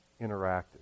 interacted